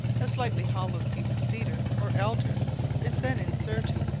a slightly-hollowed piece of cedar or elder is then inserted,